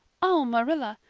oh, marilla,